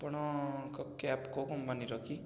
ଆପଣଙ୍କ କ୍ୟାବ୍ କେଉଁ କମ୍ପାନୀର କି